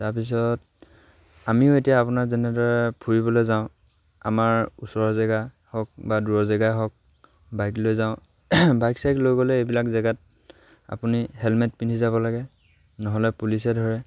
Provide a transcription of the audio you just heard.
তাৰ পিছত আমিও এতিয়া আপোনাৰ যেনেদৰে ফুৰিবলৈ যাওঁ আমাৰ ওচৰৰ জেগা হওক বা দূৰৰ জেগাই হওক বাইক লৈ যাওঁ বাইক চাইক লৈ গ'লে এইবিলাক জেগাত আপুনি হেলমেট পিন্ধি যাব লাগে নহ'লে পুলিচে ধৰে